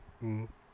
mm